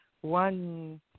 One